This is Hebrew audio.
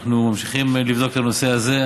אנחנו ממשיכים לבדוק את הנושא הזה.